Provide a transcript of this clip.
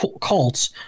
cults